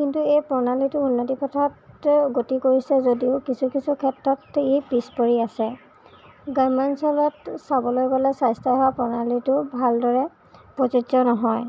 কিন্তু এই প্ৰণালীটো উন্নতি পথত গতি কৰিছে যদিও কিছু কিছু ক্ষেত্ৰত ই পিছপৰি আছে গ্ৰাম্য়াঞ্চলত চাবলৈ গ'লে স্বাস্থ্য়সেৱা প্ৰণালীটো ভালদৰে প্ৰযোজ্য় নহয়